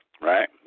Right